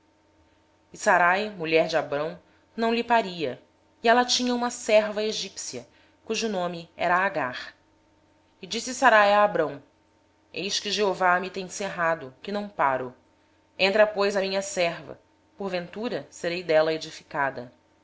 ora sarai mulher de abrão não lhe dava filhos tinha ela uma serva egípcia que se chamava agar disse sarai a abrão eis que o senhor me tem impedido de ter filhos toma pois a minha serva porventura terei filhos por meio dela e